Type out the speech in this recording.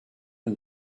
and